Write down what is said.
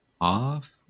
Off